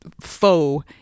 foe